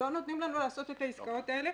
לא נותנים לנו לעשות את העסקאות האלה